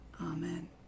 Amen